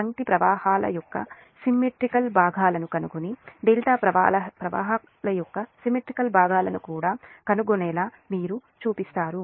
పంక్తి ప్రవాహాల యొక్క సిమెట్రీ భాగాలను కనుగొని డెల్టా ప్రవాహాల యొక్క సిమెట్రీ కాల్ భాగాలను కూడా కనుగొనేలా మీకు చూపిస్తాను